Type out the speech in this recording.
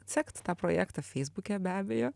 sekt tą projektą feisbuke be abejo